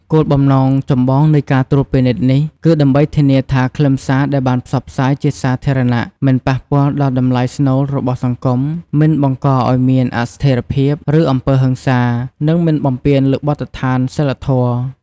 គោលបំណងចម្បងនៃការត្រួតពិនិត្យនេះ គឺដើម្បីធានាថាខ្លឹមសារដែលបានផ្សព្វផ្សាយជាសាធារណៈ មិនប៉ះពាល់ដល់តម្លៃស្នូលរបស់សង្គម មិនបង្កឲ្យមានអស្ថេរភាព ឬអំពើហិង្សា និងមិនបំពានលើបទដ្ឋានសីលធម៌។